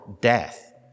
death